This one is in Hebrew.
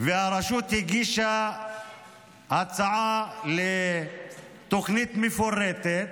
והרשות הגישה הצעה לתוכנית מפורטת,